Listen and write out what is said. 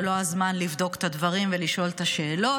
זה לא הזמן לבדוק את הדברים ולשאול את השאלות.